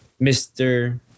Mr